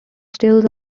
stills